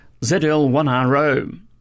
ZL1RO